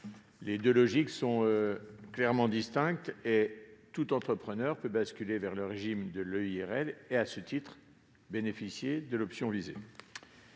Les deux logiques sont clairement distinctes. Tout entrepreneur peut basculer vers le régime de l'EIRL et bénéficier à ce titre de l'option visée.